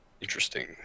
interesting